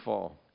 fall